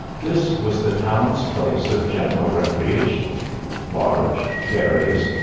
this was the town's place of general recreation large, various,